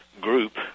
group